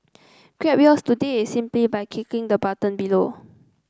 grab yours today simply by clicking on the button below